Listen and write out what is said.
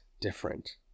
different